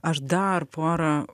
aš dar porą